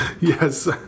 Yes